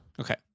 Okay